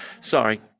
Sorry